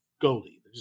Goldie